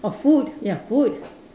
or food ya food